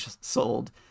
sold